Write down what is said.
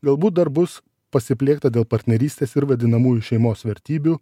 galbūt dar bus pasipliekta dėl partnerystės ir vadinamųjų šeimos vertybių